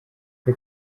que